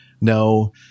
No